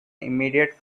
immediate